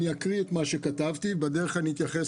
אני אקריא את מה שכתבתי ובדרך אתייחס